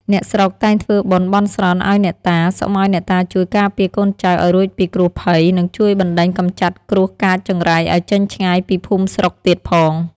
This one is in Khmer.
អ្នកស្រុកតែងធ្វើបុណ្យបន់ស្រន់ឱ្យអ្នកតា សុំឱ្យអ្នកតាជួយការពារកូនចៅឱ្យរួចពីគ្រោះភ័យ និងជួយបណ្ដេញកំចាត់គ្រោះកាចចង្រៃឱ្យចេញឆ្ងាយពីភូមិស្រុកទៀតផង។